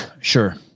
Sure